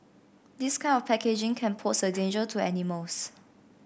this kind of packaging can pose a danger to animals